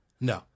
No